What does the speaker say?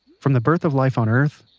from the birth of life on earth,